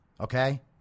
Okay